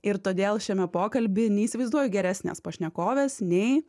ir todėl šiame pokalby neįsivaizduoju geresnės pašnekovės nei